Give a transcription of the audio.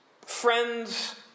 Friends